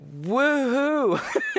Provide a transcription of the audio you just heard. woohoo